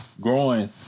growing